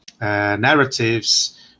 narratives